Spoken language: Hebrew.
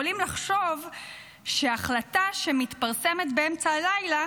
יכולים לחשוב שהחלטה שמתפרסמת באמצע הלילה